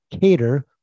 cater